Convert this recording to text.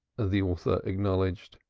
the author acknowledged.